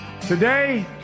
Today